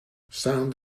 sound